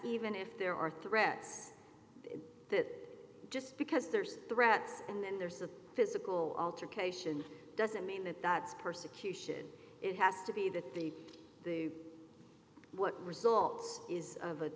even if there are threats that just because there's threats and then there's a physical altercation doesn't mean that that's persecution it has to be that the what results is